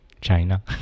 China